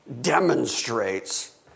demonstrates